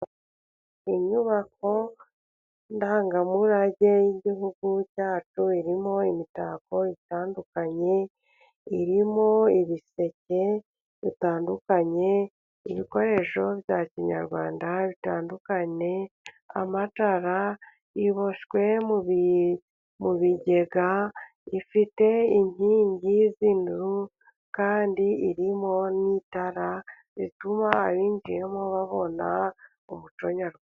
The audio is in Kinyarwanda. Inyubako ndangamurage y'igihugu cyacu irimo imitako itandukanye, irimo ibiseke bitandukanye, ibikoresho bya kinyarwanda bitandukanye, amatara, iboshywe mu bigega, ifite inkingi z'induru, kandi irimo n'itara rituma abinjiyemo babona umuco nyarwanda.